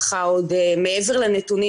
מעבר לנתונים,